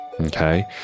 Okay